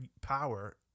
power